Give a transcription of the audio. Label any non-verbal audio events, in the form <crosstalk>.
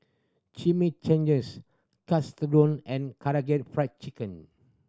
Chimichanges <unintelligible> and Karaage Fried Chicken